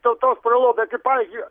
tautos pralobę pavyzdžiui